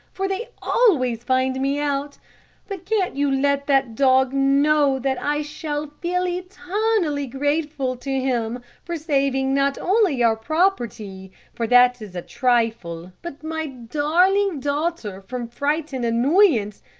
for they always find me out but can't you let that dog know that i shall feel eternally grateful to him for saving not only our property for that is a trifle but my darling daughter from fright and annoyance,